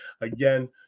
Again